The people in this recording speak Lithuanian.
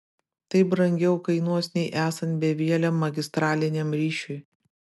tai brangiau kainuos nei esant bevieliam magistraliniam ryšiui